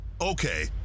Okay